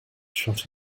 shot